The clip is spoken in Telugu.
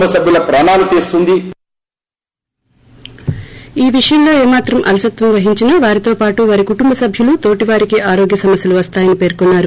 బైట్ కిషన్ రెడ్లి ఈ విషయంలో ఏ మాత్రం అలసత్వం వహించినా వారితో పాటు వారి కుటుంబ సభ్యులు తోటివారికి ఆరోగ్య సమస్యలు వస్తాయని పేర్కొన్నారు